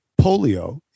polio